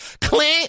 Clint